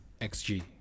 XG